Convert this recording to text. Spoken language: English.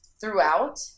throughout